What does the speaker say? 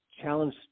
challenge